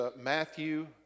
Matthew